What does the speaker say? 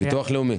הביטוח הלאומי,